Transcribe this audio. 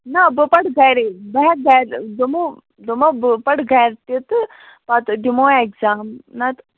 نہَ بہٕ پَرٕ گَرے بہٕ ہٮ۪کہٕ گَرِ دوٚپمو دوٚپمو بہٕ پَرٕ گَرِ تہِ تہٕ پَتہٕ دِمو ایٚگزام نَتہٕ